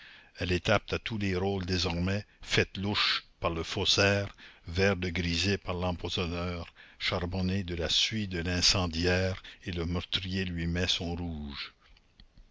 elle est apte à tous les rôles désormais faite louche par le faussaire vert de grisée par l'empoisonneur charbonnée de la suie de l'incendiaire et le meurtrier lui met son rouge